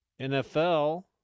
NFL